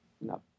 No